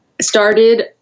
started